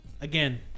Again